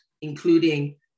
including